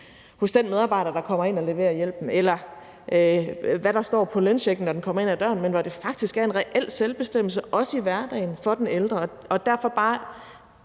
hos den medarbejder, der kommer ind og leverer hjælpen, eller hvad der står på lønchecken, når den kommer ind ad døren, men hvor det faktisk er en reel selvbestemmelse, også i hverdagen, for den ældre. Derfor vil